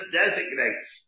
designates